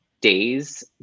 days